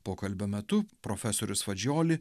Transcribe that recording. pokalbio metu profesorius fadžioli